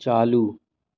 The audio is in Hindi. चालू